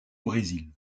brésil